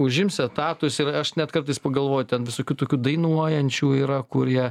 užims etatus ir aš net kartais pagalvoju ten visokių tokių dainuojančių yra kurie